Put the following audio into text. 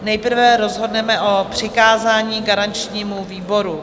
Nejprve rozhodneme o přikázání garančnímu výboru.